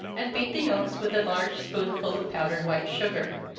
and beat the yelks with a large spoonful of powdered white sugar.